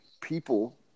people